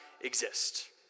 exist